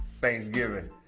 Thanksgiving